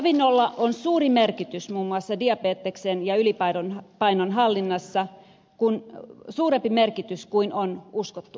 ravinnolla on suuri merkitys muun muassa diabeteksen ja ylipainon hallinnassa suurempi merkitys kuin on uskottukaan